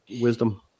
wisdom